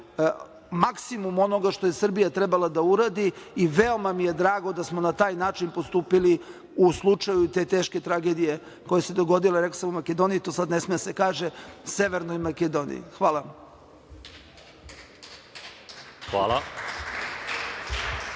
maksimum što je Srbija trebala da uradi i veoma mi je drago da smo na taj način postupili u slučaju te teške tragedija koja se dogodila. Rekao sam u Makedoniji, ali to sad ne sme da se kaže, u Severnoj Makedoniji. Hvala vam.